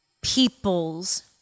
people's